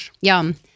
yum